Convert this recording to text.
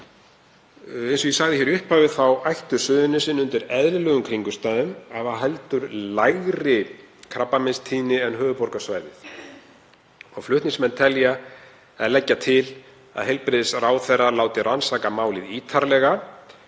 Eins og ég sagði í upphafi ættu Suðurnesin undir eðlilegum kringumstæðum að hafa heldur lægri krabbameinstíðni en höfuðborgarsvæðið. Flutningsmenn leggja til að heilbrigðisráðherra láti rannsaka málið ítarlega